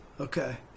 Okay